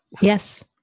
Yes